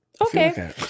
Okay